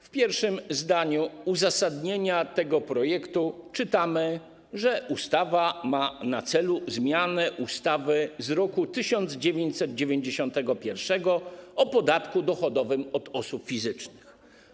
W pierwszym zdaniu uzasadnienia tego projektu czytamy, że ustawa ma na celu zmianę ustawy z roku 1991 o podatku dochodowym od osób fizycznych.